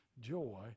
joy